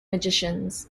magicians